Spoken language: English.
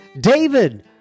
David